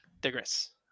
digress